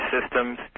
systems